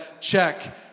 Check